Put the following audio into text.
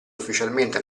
ufficialmente